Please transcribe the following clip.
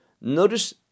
notice